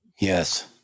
Yes